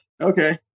Okay